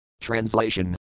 Translation